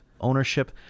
ownership